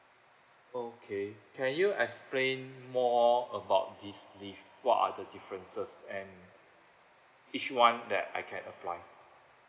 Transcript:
okay can you explain more about these leave what are the differences and which [one] that I can apply